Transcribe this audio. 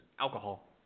Alcohol